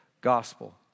gospel